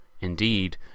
Indeed